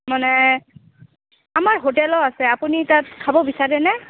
মানে আমাৰ হোটেলো আছে আপুনি তাত খাব বিচাৰেনে